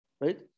Right